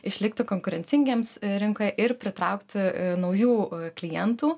išlikti konkurencingiems rinkoj ir pritraukt naujų klientų